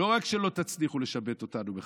לא רק שלא תצליחו לשבט אותנו מחדש,